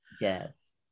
Yes